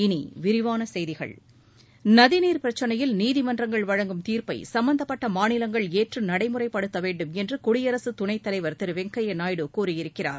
இனி விரிவான செய்திகள் நதிநீர்ப் பிரச்னையில் நீதிமன்றங்கள் வழங்கும் தீர்ப்பை சும்பந்தப்பட்ட மாநிலங்கள் ஏற்று நடைமுறைப்படுத்த வேண்டுமென்று குடியரசு துணைத் தலைவர் திரு வெங்கய்ய நாயுடு கேட்டுக் கொண்டுள்ளார்